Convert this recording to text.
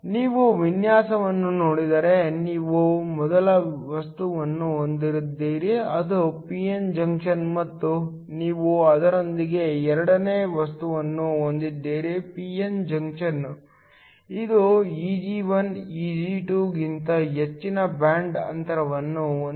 ನೀವು ವಿನ್ಯಾಸವನ್ನು ನೋಡಿದರೆ ನೀವು ಮೊದಲ ವಸ್ತುವನ್ನು ಹೊಂದಿದ್ದೀರಿ ಅದು p n ಜಂಕ್ಷನ್ ಮತ್ತು ನೀವು ಅದರೊಂದಿಗೆ ಎರಡನೇ ವಸ್ತುವನ್ನು ಹೊಂದಿದ್ದೀರಿ p n ಜಂಕ್ಷನ್ ಇದು Eg1 Eg2 ಗಿಂತ ಹೆಚ್ಚಿನ ಬ್ಯಾಂಡ್ ಅಂತರವನ್ನು ಹೊಂದಿದೆ